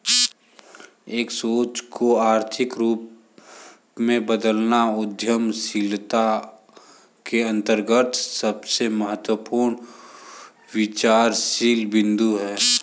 एक सोच को आर्थिक रूप में बदलना उद्यमशीलता के अंतर्गत सबसे महत्वपूर्ण विचारशील बिन्दु हैं